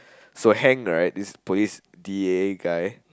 so Hank right this police d_e_a guy